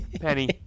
Penny